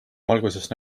valguses